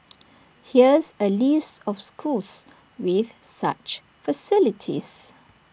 here's A list of schools with such facilities